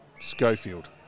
Schofield